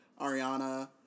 Ariana